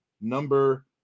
number